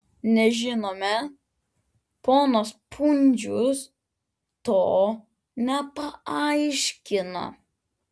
nežinome ponas pundzius to nepaaiškina